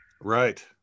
Right